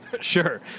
Sure